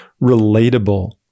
relatable